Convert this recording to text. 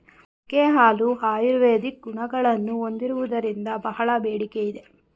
ಮೇಕೆಯ ಹಾಲು ಆಯುರ್ವೇದಿಕ್ ಗುಣಗಳನ್ನು ಹೊಂದಿರುವುದರಿಂದ ಬಹಳ ಬೇಡಿಕೆ ಇದೆ